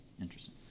Interesting